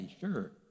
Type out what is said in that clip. sure